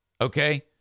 Okay